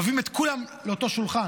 מביאים את כולם לאותו שולחן.